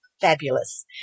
fabulous